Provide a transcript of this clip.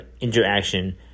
interaction